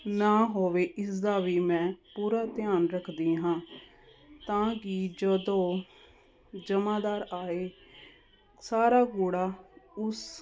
ਨਾ ਹੋਵੇ ਇਸ ਦਾ ਵੀ ਮੈਂ ਪੂਰਾ ਧਿਆਨ ਰੱਖਦੀ ਹਾਂ ਤਾਂ ਕਿ ਜਦੋਂ ਜਮਾਦਾਰ ਆਏ ਸਾਰਾ ਕੂੜਾ ਉਸ